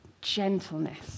gentleness